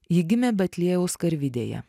ji gimė betliejaus karvidėje